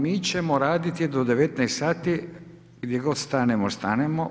Mi ćemo raditi do 19,00h, gdje god stanemo, stanemo.